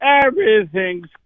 Everything's